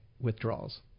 withdrawals